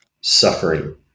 suffering